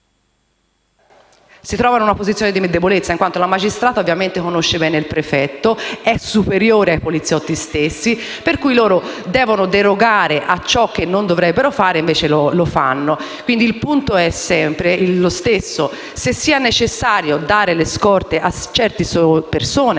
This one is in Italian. anche in una posizione di debolezza in quanto la magistrata ovviamente conosce bene il prefetto, è superiore ai poliziotti stessi, ragion per cui devono derogare a ciò che non dovrebbero fare e lo fanno. Il punto, quindi, è sempre lo stesso, ovvero se sia necessario dare la scorta a certi soggetti,